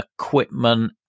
equipment